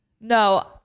no